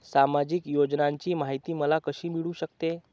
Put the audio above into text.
सामाजिक योजनांची माहिती मला कशी मिळू शकते?